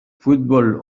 futbol